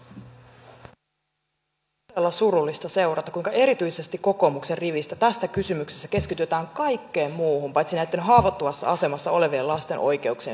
on ollut todella surullista seurata kuinka erityisesti kokoomuksen riveistä tässä kysymyksessä keskitytään kaikkeen muuhun paitsi näitten haavoittuvassa asemassa olevien lasten oikeuksien turvaamiseen